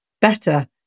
better